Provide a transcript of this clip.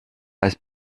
als